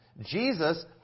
jesus